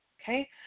Okay